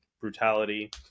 brutality